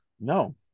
No